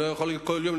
לא יודע אם כל יום,